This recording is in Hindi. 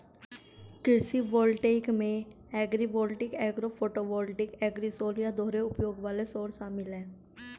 कृषि वोल्टेइक में एग्रीवोल्टिक एग्रो फोटोवोल्टिक एग्रीसोल या दोहरे उपयोग वाले सौर शामिल है